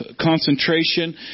concentration